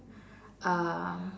um